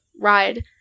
ride